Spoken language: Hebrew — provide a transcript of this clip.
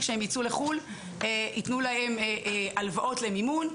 כשהם יצאו לחו"ל ייתנו להם הלוואות למימון,